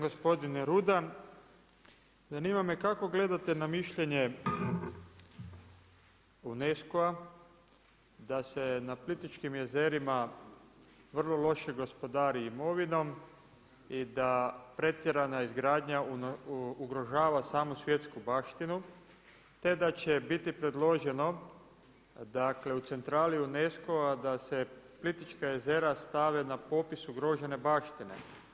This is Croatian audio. Gospodine Rudan, zanima me kako gledate na mišljenje UNESCO-a da se na Plitvičkim jezerima vrlo loše gospodari imovinom, i da pretjerana izgradnja ugrožava samo svjetsku baštinu te da će biti predloženo u centralu UNESCO-a da se Plitvička jezera stave na popis ugrožene baštine?